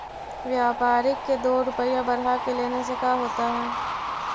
व्यापारिक के दो रूपया बढ़ा के लेने से का होता है?